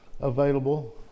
available